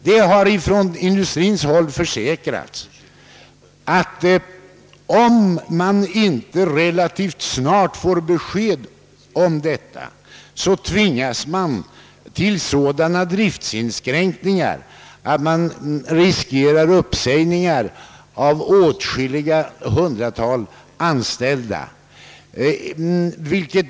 Det har från industrihåll sagts, att om man inte relativt snart får besked i denna sak, så tvingas man till sådana driftsinskränkningar att det blir nödvändigt att avskeda åtskilliga hundratal anställda.